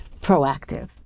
proactive